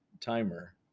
timer